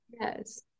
yes